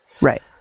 Right